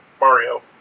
Mario